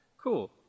Cool